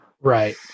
Right